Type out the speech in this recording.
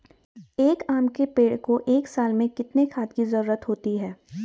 एक आम के पेड़ को एक साल में कितने खाद की जरूरत होती है?